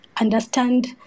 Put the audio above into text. understand